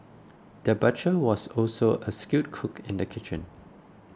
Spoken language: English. the butcher was also a skilled cook in the kitchen